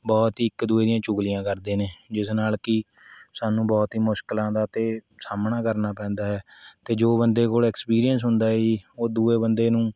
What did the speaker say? ਬਹੁਤ ਹੀ ਇੱਕ ਦੂਜੇ ਦੀਆਂ ਚੁਗਲੀਆਂ ਕਰਦੇ ਨੇ ਜਿਸ ਨਾਲ਼ ਕਿ ਸਾਨੂੰ ਬਹੁਤ ਹੀ ਮੁਸ਼ਕਿਲਾਂ ਦਾ ਅਤੇ ਸਾਹਮਣਾ ਕਰਨਾ ਪੈਂਦਾ ਹੈ ਅਤੇ ਜੋ ਬੰਦੇ ਕੋਲ਼ ਐਕਸਪੀਰੀਅਂਸ ਹੁੰਦਾ ਏ ਜੀ ਉਹ ਦੂਜੇ ਬੰਦੇ ਨੂੰ